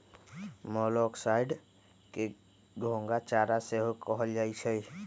मोलॉक्साइड्स के घोंघा चारा सेहो कहल जाइ छइ